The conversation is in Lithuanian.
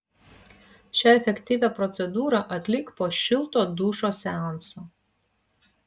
šią efektyvią procedūrą atlik po šilto dušo seanso